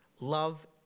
Love